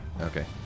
Okay